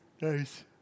Nice